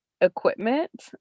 equipment